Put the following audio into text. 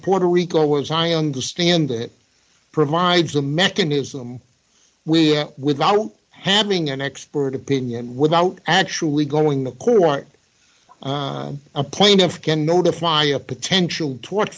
puerto rico as i understand it provides a mechanism we without having an expert opinion without actually going to court a plaintiff can notify a potential t